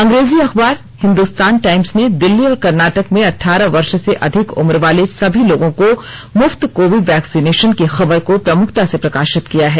अंग्रेजी अखबार हिंदुस्तान टाईम्स ने दिल्ली और कर्नाटक में अठारह वर्ष से अधिक उम्र वाले सभी लोगों को मुफ्त कोविंड वैक्सीनेशन की खबर को प्रमुखता से प्रकाशित किया है